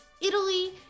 Italy